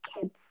kids